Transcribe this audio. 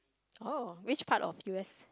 oh which part of U_S